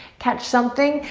catch something,